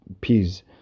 peas